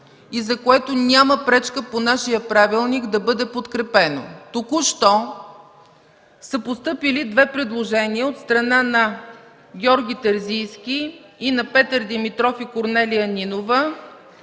и за което няма пречка по нашия правилник да бъде подкрепено. Току-що са постъпили две предложения – от страна на Георги Терзийски, Петър Димитров и Корнелия Нинова